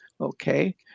Okay